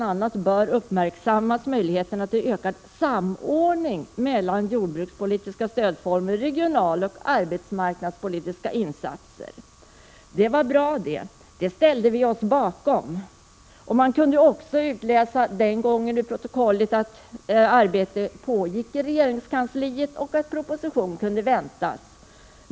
a. bör uppmärksammas möjligheterna till ökad samordning mellan jordbrukspoli tiska stödformer och regionaloch arbetsmarknadspolitiska insatser. Det var bra. Det ställde vi oss bakom. Man kunde den gången ur protokollet utläsa att arbete pågick i regeringskansliet och att en proposition kunde väntas.